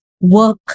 work